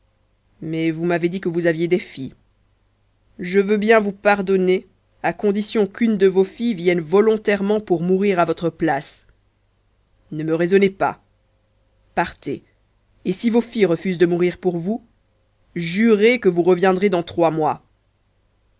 mais vous m'avez dit que vous aviez des filles je veux bien vous pardonner à condition qu'une de vos filles vienne volontairement pour mourir à votre place ne me raisonnez pas partez et si vos filles refusent de mourir pour vous jurez que vous reviendrez dans trois mois